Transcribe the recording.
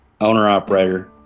owner-operator